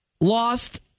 lost